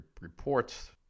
reports